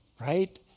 right